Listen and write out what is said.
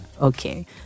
Okay